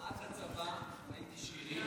עד הצבא הייתי שירי,